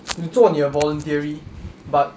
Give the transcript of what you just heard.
你做你的 voluntary but